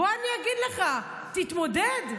בוא אני אגיד לך: תתמודד,